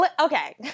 Okay